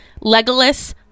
legolas